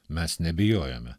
mes nebijojome